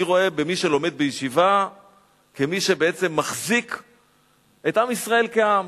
אני רואה במי שלומד בישיבה כמי שבעצם מחזיק את עם ישראל כעם.